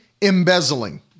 embezzling